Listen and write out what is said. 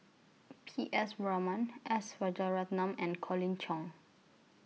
P S Raman S Rajaratnam and Colin Cheong